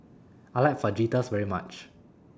I like Fajitas very much